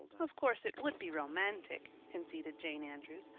of course it would be romantic, conceded jane andrews,